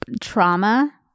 trauma